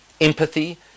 empathy